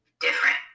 different